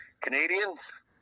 Canadians